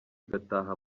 igataha